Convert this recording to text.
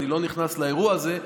ואני לא נכנס לאירוע הזה,